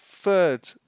third